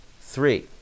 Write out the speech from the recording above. Three